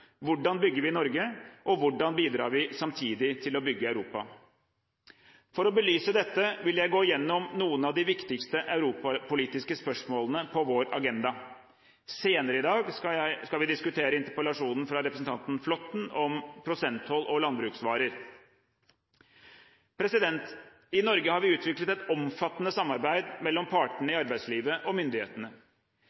Hvordan bygger vi Norge, og hvordan bidrar vi samtidig til å bygge Europa? For å belyse dette vil jeg gå igjennom noen av de viktigste europapolitiske spørsmålene på vår agenda. Senere i dag skal vi diskutere interpellasjonen fra representanten Flåtten om prosenttoll og landbruksvarer. I Norge har vi utviklet et omfattende samarbeid mellom partene